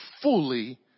fully